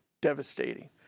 devastating